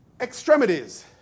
extremities